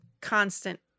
constant